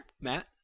Matt